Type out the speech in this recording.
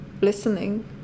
listening